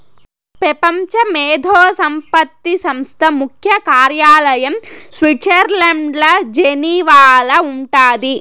పెపంచ మేధో సంపత్తి సంస్థ ముఖ్య కార్యాలయం స్విట్జర్లండ్ల జెనీవాల ఉండాది